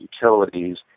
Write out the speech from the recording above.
utilities